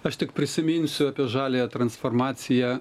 aš tik prisiminsiu apie žaliąją transformaciją